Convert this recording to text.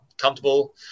comfortable